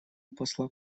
посла